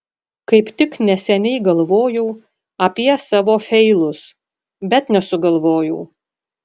kaip tik neseniai galvojau apie savo feilus bet nesugalvojau